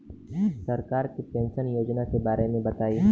सरकार के पेंशन योजना के बारे में बताईं?